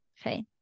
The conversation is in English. okay